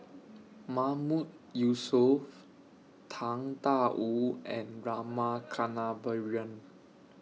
Mahmood Yusof Tang DA Wu and Rama Kannabiran